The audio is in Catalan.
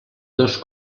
dos